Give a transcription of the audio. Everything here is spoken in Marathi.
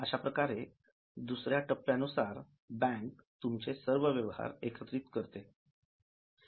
अशाप्रकारे दुसऱ्या टप्प्यानुसार बँक तुमचे सर्व व्यवहार एकत्रित करत असते